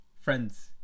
friends